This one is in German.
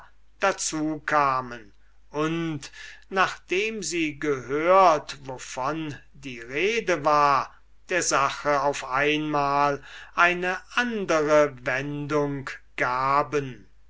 dazu kamen und nachdem sie gehört wovon die rede war der sache auf einmal eine andere wendung gaben